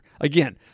Again